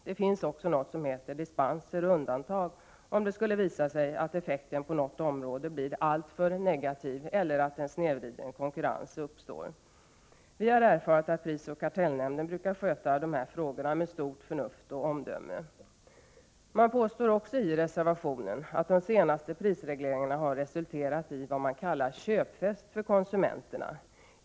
Det finns också något som heter dispenser och undantag, om det skulle visa sig att effekten på något område blir alltför negativ eller att en snedvriden konkurrens uppstår. Vi har erfarit att prisoch kartellnämnden brukar sköta de här frågorna med förnuft och omdöme. Man påstår också i reservationen att de senaste prisregleringarna har resulterat i vad man kallar köpfest för konsumenterna.